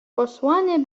posłanie